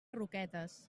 roquetes